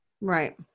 right